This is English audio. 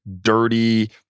dirty